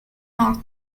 not